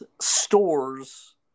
stores